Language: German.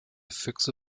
füchse